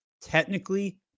technically